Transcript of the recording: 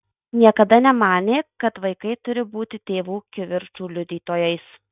niekada nemanė kad vaikai turi būti tėvų kivirčų liudytojais